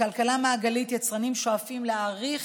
בכלכלה מעגלית יצרנים שואפים להאריך